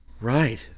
Right